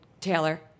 Taylor